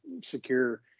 secure